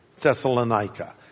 Thessalonica